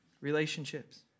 relationships